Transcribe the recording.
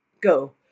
go